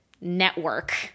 network